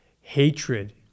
hatred